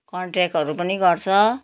कन्ट्र्याकहरू पनि गर्छ